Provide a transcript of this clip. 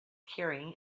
carrying